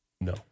No